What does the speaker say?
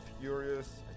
furious